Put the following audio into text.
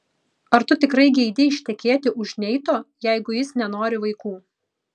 ar tu tikrai geidi ištekėti už neito jeigu jis nenori vaikų